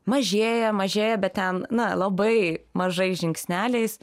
mažėja mažėja bet ten na labai mažais žingsneliais